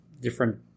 different